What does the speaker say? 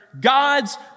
God's